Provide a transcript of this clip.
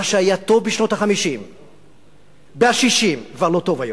מה שהיה טוב בשנות ה-50 וה-60 כבר לא טוב היום.